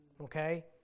Okay